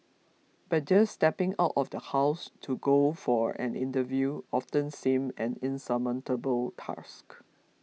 but just stepping out of the house to go for an interview often seemed an insurmountable task